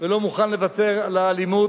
ולא מוכן לוותר על האלימות,